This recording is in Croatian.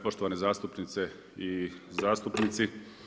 Poštovane zastupnice i zastupnici.